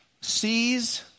sees